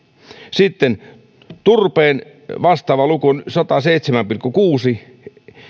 turpeen vastaava luku on sataseitsemän pilkku kuusi